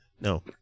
No